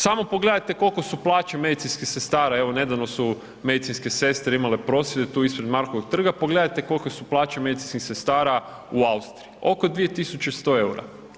Samo pogledajte kolike su plaće medicinskih sestara, evo nedavno su medicinske sestre imale prosvjed tu ispred Markovog trga, pogledajte kolike su plaće medicinskih sestara u Austriji, oko 2.100 eura.